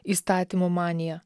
įstatymų maniją